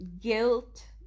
guilt